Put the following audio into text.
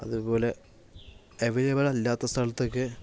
അതേപോലെ എവയിലബിൾ അല്ലാത്ത സ്ഥലത്തൊക്കെ